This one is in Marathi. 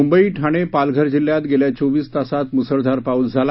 मुंबई ठाणे पालघर जिल्ह्यात गेल्या चोवीस तासात मुसळधार पाऊस झाला